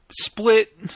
split